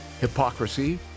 hypocrisy